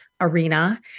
arena